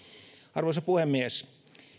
arvoisa puhemies